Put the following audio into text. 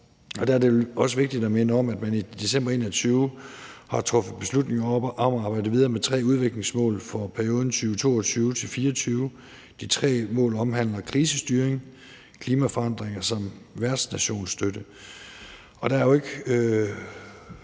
og der er det vel også vigtigt at minde om, at man i december 2021 har truffet beslutning om at arbejde videre med tre udviklingsmål for perioden 2022-2024. De tre mål omhandler krisestyring, klimaforandringer samt vejrstationsstøtte. Der er jo ikke